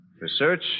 Research